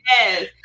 Yes